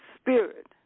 Spirit